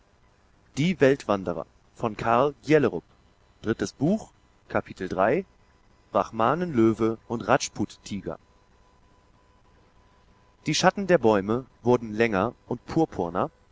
brahmanen löwe und rajput tiger die schatten der bäume wurden länger und